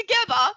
together